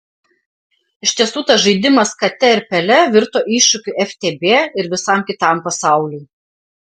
iš tiesų tas žaidimas kate ir pele virto iššūkiu ftb ir visam kitam pasauliui